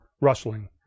rustling